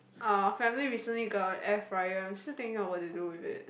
our family recently got a air fryer I'm still thinking of what to do with it